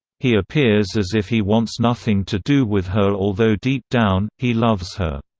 he appears as if he wants nothing to do with her although deep down, he loves her.